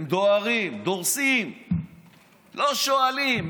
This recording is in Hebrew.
הם דוהרים, דורסים, לא שואלים.